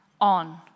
on